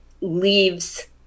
leaves